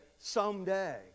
someday